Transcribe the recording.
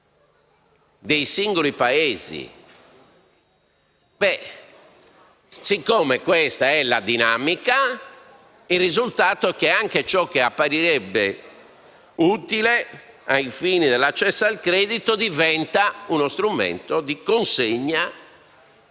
dei singoli Paesi. Ebbene, siccome questa è la dinamica, il risultato è che anche ciò che apparirebbe utile, ai fini dell'accesso al credito, diventa uno strumento di consegna come